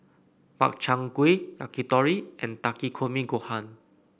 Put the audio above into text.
Makchang Gui Yakitori and Takikomi Gohan